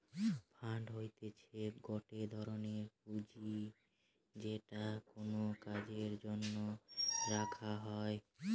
fund হতিছে গটে ধরনের পুঁজি যেটা কোনো কাজের জন্য রাখা হই